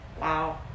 Wow